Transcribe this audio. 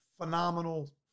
phenomenal